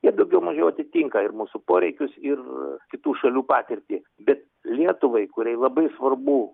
jie daugiau mažiau atitinka ir mūsų poreikius ir kitų šalių patirtį bet lietuvai kuriai labai svarbu